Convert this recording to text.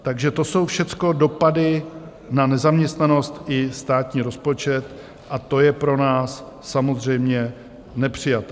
Takže to jsou všecko dopady na nezaměstnanost i státní rozpočet a to je pro nás samozřejmě nepřijatelné.